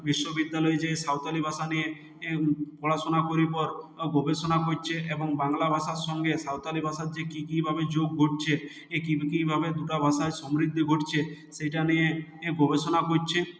বিশ্ববিদ্যালয় যেয়ে সাঁওতালি ভাষা নিয়ে পড়াশুনা করে পর গবেষণা করছে এবং বাংলা ভাষার সঙ্গে সাঁওতালি ভাষার যে কি কি ভাবে যোগ ঘটছে কিভাবে দুটো ভাষারই সমৃদ্ধি ঘটছে সেটা নিয়ে গবেষণা করছে